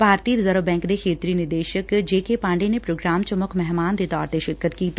ਭਾਰਤੀ reserve bank ਦੇ ਖੇਤਰੀ ਨਿਦੇਸਕ ਜੇ ਕੇ ਪਾਂਡੇ ਨੇ ਪ੍ਰੋਗਰਾਮ ਚ ਮੁੱਖ ਮਹਿਮਾਨ ਦੇ ਤੌਰ ਤੇ ਸ਼ਿਰਕਤ ਕੀਤੀ